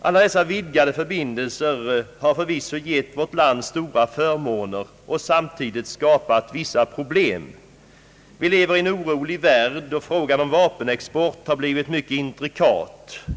Alla dessa vidgade förbindelser har förvisso gett vårt land stora förmåner och samtidigt skapat vissa problem. Vi lever i en orolig värld, och frågan om vapenexport har blivit mycket intrikat.